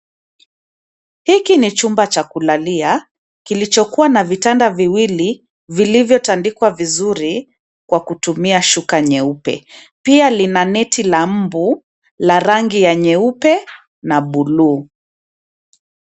Hiki ni chumba cha kulalia kilichokuwa na vitanda viwili, vilivyotandikwa vizuri kwa kutumia shuka nyeupe. Pia lina neti la mbu la rangi ya nyeupe na buluu.